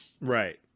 Right